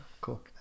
Cool